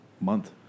month